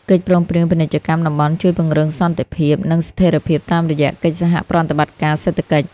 កិច្ចព្រមព្រៀងពាណិជ្ជកម្មតំបន់ជួយពង្រឹងសន្តិភាព និងស្ថិរភាពតាមរយៈកិច្ចសហប្រតិបត្តិការសេដ្ឋកិច្ច។